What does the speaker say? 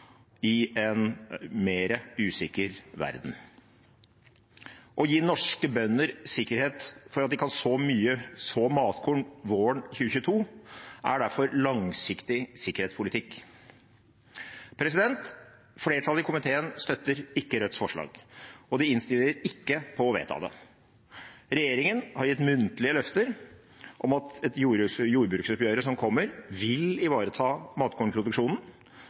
i en mer usikker verden. Å gi norske bønder sikkerhet for at de kan så matkorn våren 2022, er derfor langsiktig sikkerhetspolitikk. Flertallet i komiteen støtter ikke Rødts forslag, og de innstiller ikke på å vedta det. Regjeringen har gitt muntlige løfter om at jordbruksoppgjøret som kommer, vil ivareta matkornproduksjonen,